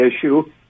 issue